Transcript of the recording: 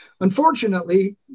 Unfortunately